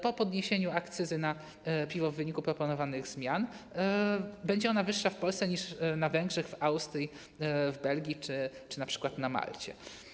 Po podniesieniu akcyzy na piwo w wyniku proponowanych zmian będzie ona wyższa w Polsce niż na Węgrzech, w Austrii, w Belgii czy na Malcie.